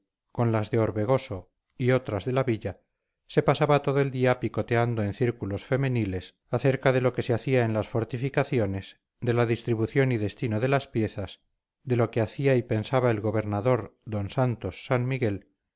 con las de orbegoso y otras de la villa se pasaba todo el día picoteando en círculos femeniles acerca de lo que se hacía en las fortificaciones de la distribución y destino de las piezas de lo que hacía y pensaba el gobernador d santos san miguel